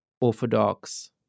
orthodox